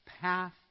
path